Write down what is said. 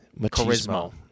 charisma